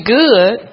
good